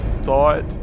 thought